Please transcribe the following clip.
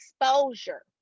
exposure